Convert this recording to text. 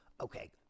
Okay